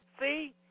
See